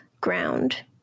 ground